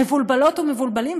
מבולבלות ומבולבלים,